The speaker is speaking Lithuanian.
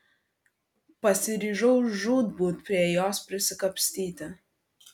pasiryžau žūtbūt prie jos prisikapstyti